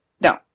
No